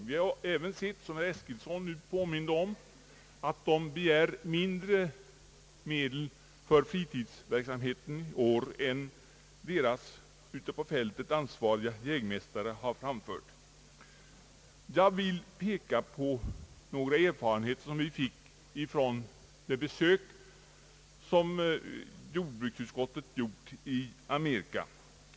Vi har även sett, som herr Eskilsson nu påminde om, att domänverket begär mindre medel för fritidsverksamheten i år än dess ute på fältet ansvariga jägmästare har framfört önskemål om. Jag vill peka på några erfarenheter som vi fick från det besök jordbruksutskottet gjort i Amerika.